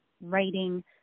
writing